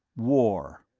war.